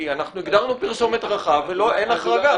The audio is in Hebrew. כי הגדרנו פרסומת רחב ואין החרגה.